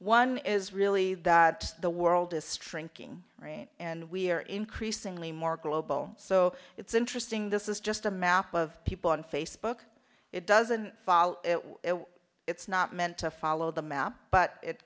one is really that the world is strengthening and we're increasingly more global so it's interesting this is just a map of people on facebook it doesn't follow it it's not meant to follow the map but it